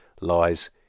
lies